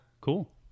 cool